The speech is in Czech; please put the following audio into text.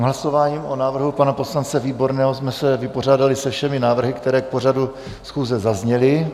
Hlasováním o návrhu pana poslance Výborného jsme se vypořádali se všemi návrhy, které k pořadu schůze zazněly.